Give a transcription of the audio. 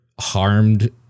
harmed